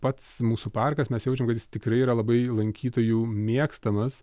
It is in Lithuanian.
pats mūsų parkas mes jaučiam kad jis tikrai yra labai lankytojų mėgstamas